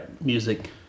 music